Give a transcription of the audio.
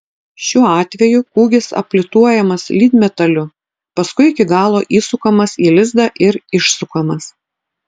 šiuo atveju kūgis aplituojamas lydmetaliu paskui iki galo įsukamas į lizdą ir išsukamas